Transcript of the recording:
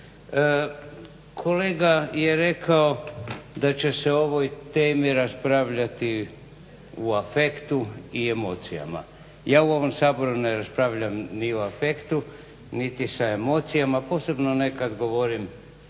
Kolega je rekao da će se o ovoj temi raspravljati u afektu i emocijama. Ja u ovom Saboru ne raspravljam ni u efektu niti s emocijama, posebno ne kada govorim